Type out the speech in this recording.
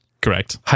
Correct